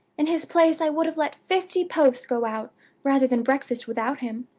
in his place i would have let fifty posts go out rather than breakfast without him.